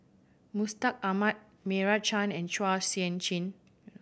Mustaq Ahmad Meira Chand and Chua Sian Chin